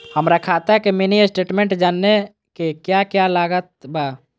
हमरा खाता के मिनी स्टेटमेंट जानने के क्या क्या लागत बा?